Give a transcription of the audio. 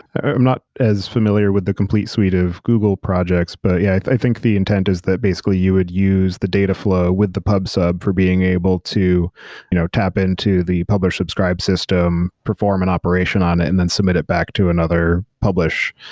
i'm not as familiar with the complete suite of google projects. but yeah, i think the intent is that basically you would use the dataflow with the pub sub for being able to you know tap into the publish subscribe system, perform an operation on it and then submit it back to another publish,